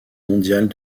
mondiales